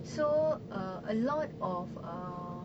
so uh a lot of uh